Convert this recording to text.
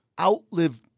outlive